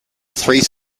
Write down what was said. three